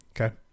Okay